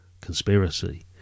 conspiracy